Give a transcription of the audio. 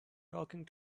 talking